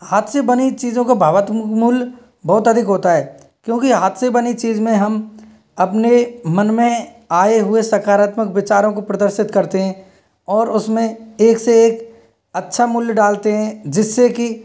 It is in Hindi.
हाथ से बनी हुई चीज़ों का भावनात्मक मूल बहुत अधिक होता है क्योंकि हाथ से बनी हुई चीज में हम अपने मन में आए हुए सकारात्मक विचारों को प्रदर्शित करते हैं और उसमें एक से एक अच्छा मूल्य डालते हैं जिससे की